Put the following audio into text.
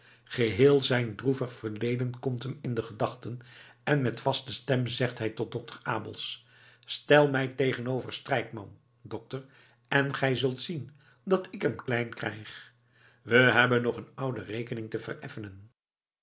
geheel zijn droevig verleden komt hem in de gedachten en met vaste stem zegt hij tot dokter abels stel mij tegenover strijkman dokter en gij zult zien dat ik hem klein krijg we hebben nog een oude rekening te vereffenen